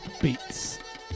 Beats